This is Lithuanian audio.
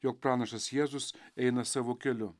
jog pranašas jėzus eina savo keliu